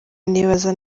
nibaza